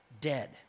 dead